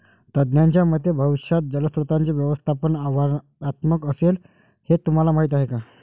तज्ज्ञांच्या मते भविष्यात जलस्रोतांचे व्यवस्थापन आव्हानात्मक असेल, हे तुम्हाला माहीत आहे का?